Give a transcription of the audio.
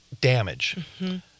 damage